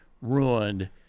ruined